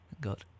God